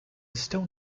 stone